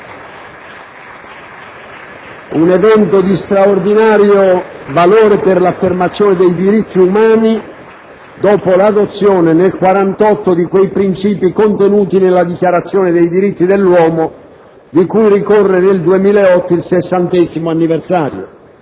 un evento di straordinario valore per l'affermazione dei diritti umani dopo l'adozione, nel 1948, di quei princìpi contenuti nella Dichiarazione dei diritti dell'uomo di cui ricorre, nel 2008, il sessantesimo anniversario.